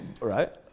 Right